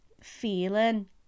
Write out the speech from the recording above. feeling